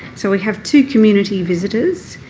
so we have two community visitors.